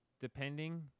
Depending